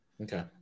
Okay